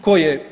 Koje?